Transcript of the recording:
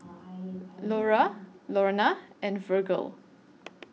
Norah Lorna and Virgel